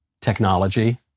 technology